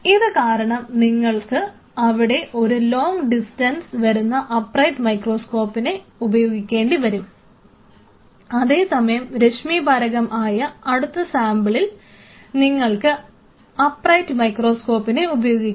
ഇത് കാരണം നിങ്ങൾക്ക് അവിടെ ഒരു ലോങ്ങ് ഡിസ്റ്റൻസ് വരുന്ന അപ്രൈറ്റ് മൈക്രോസ്കോപ്പിനെ ഉപയോഗിക്കേണ്ടിവരും അതേസമയം രശ്മീപാരകം ആയ അടുത്ത സാമ്പിളിൽ നിങ്ങൾക്ക് അപ്രൈറ്റ് മൈക്രോസ്കോപ്പിനെ ഉപയോഗിക്കാം